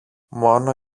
μόνο